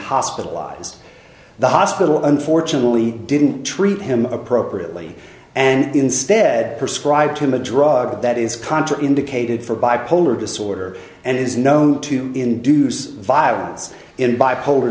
hospitalized the hospital unfortunately didn't treat him appropriately and instead prescribe to him a drug that is contra indicated for bipolar disorder and is known to induce violence in bipolar